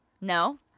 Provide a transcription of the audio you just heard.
No